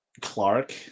Clark